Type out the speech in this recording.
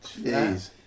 Jeez